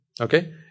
okay